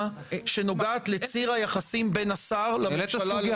שנוגעת לציר היחסים בין השר לממשלה --- העלית סוגיה,